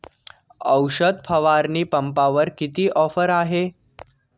औषध फवारणी पंपावर किती ऑफर आहे?